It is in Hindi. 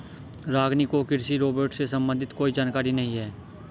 रागिनी को कृषि रोबोट से संबंधित कोई जानकारी नहीं है